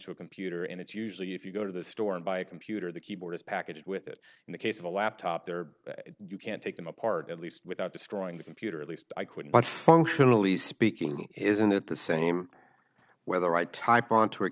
to a computer and it's usually if you go to the store and buy a computer the keyboard is packaged with it in the case of a laptop there you can't take them apart at least without destroying the computer at least i could but functionally speaking isn't that the same whether i type onto a